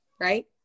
Right